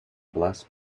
bless